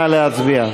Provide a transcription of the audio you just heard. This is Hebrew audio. נא להצביע.